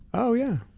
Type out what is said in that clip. oh, yeah.